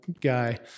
guy